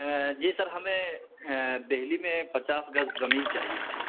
جی sir ہمیں دہلی میں پچاس گز زمین چاہیے تھی